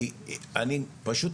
כי פשוט,